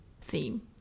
theme